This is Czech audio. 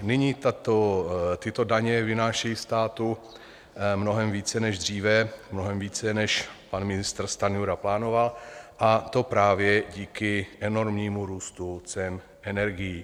Nyní tyto daně vynášejí státu mnohem více než dříve, mnohem více, než pan ministr Stanjura plánoval, a to právě díky enormnímu růstu cen energií.